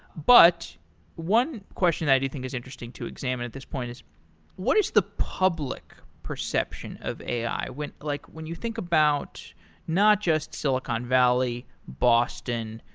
but one question i do think is interesting to examine at this point is what is the public perception of a i? when like when you think about not just silicon valley, valley, boston,